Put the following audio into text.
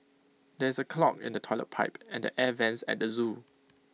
there is A clog in the Toilet Pipe and the air Vents at the Zoo